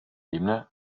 ebene